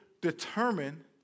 determine